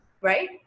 Right